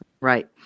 Right